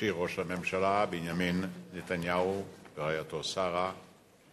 אישי ראש הממשלה בנימין נתניהו ורעייתו שרה,